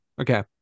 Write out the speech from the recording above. Okay